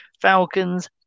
Falcons